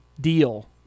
deal